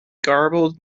garbled